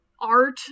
art